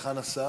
היכן השר?